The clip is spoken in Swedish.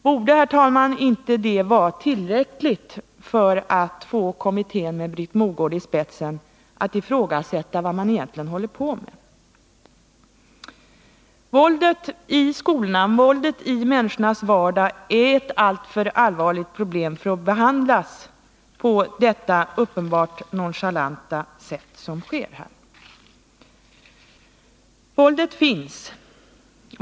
Herr talman! Borde inte detta vara tillräckligt för att få kommittén med Britt Mogård i spetsen att ifrågasätta vad det är de egentligen håller på med? Våldet i skolorna och våldet i människornas vardag är ett alltför allvarligt problem för att få behandlas på detta uppenbart nonchalanta sätt. Våldet finns.